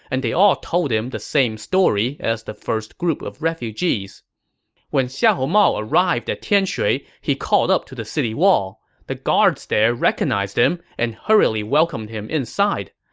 and they all told him the same story as the first group of refugees when xiahou mao arrived at tianshui, he called up to the city wall. the guards there recognized him and hurriedly welcomed him inside.